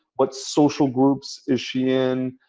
what social groups is she in?